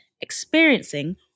experiencing